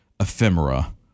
ephemera